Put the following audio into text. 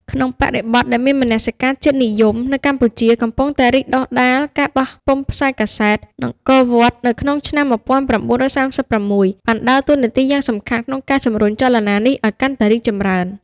ក្នុងបរិបទដែលមនសិការជាតិនិយមនៅកម្ពុជាកំពុងតែរីកដុះដាល ការបោះពុម្ពផ្សាយកាសែត នគរវត្ត នៅឆ្នាំ១៩៣៦ បានដើរតួនាទីយ៉ាងសំខាន់ក្នុងការជំរុញចលនានេះឱ្យកាន់តែរីកចម្រើន។